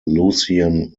lucien